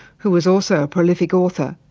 who was also a prolific author,